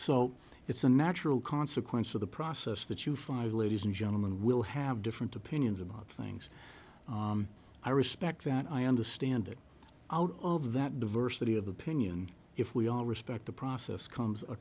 so it's a natural consequence of the process that you five ladies and gentlemen will have different opinions about things i respect that i understand that out of that diversity of opinion if we all respect the process comes a